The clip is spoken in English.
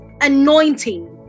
anointing